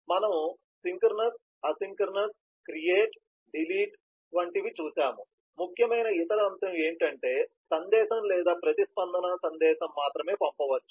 కాబట్టి మనము synchronous asynchronous create delete చూశాము ముఖ్యమైన ఇతర అంశం ఏంటంటే సందేశం లేదా ప్రతిస్పందన సందేశం మాత్రమే పంపవచ్చు